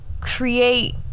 create